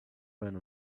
depend